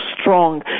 strong